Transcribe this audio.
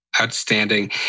Outstanding